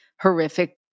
horrific